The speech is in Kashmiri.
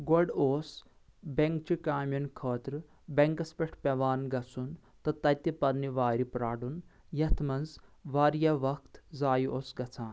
گۄڈٕ اوس بیٚنٛک چہِ کامین خٲطرٕ بیٚنٛکس پٮ۪ٹھ پٮ۪وان گژھُن تہٕ تتہِ پننہِ وارِ پرٛارُن یتھ منٛز واریاہ وقت زایہِ اوس گژھان